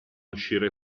uscire